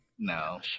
No